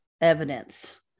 evidence